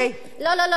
אני מצטערת,